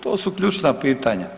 To su ključna pitanja.